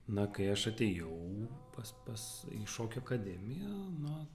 na kai aš atėjau pas pas į šokių akademiją na